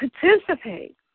participate